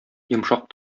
йомшак